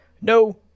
no